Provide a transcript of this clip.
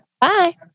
Bye